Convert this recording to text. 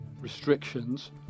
restrictions